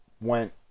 went